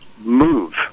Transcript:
move